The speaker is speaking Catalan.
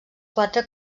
quatre